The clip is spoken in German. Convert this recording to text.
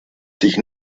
sich